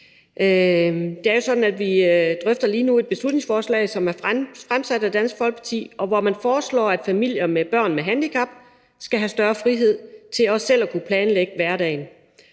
Det er sådan, at vi lige nu drøfter et beslutningsforslag, som er fremsat af Dansk Folkeparti, og hvor man foreslår, at familier med børn med handicap skal have større frihed til også selv at kunne planlægge hverdagen.